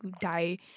die